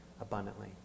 abundantly